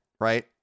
right